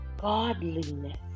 godliness